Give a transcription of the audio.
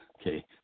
okay